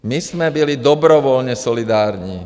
My jsme byli dobrovolně solidární.